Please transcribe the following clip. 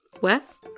Wes